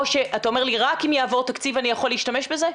או שאתה אומר לי 'רק אם יעבור תקציב אני יכול להשתמש בזה'?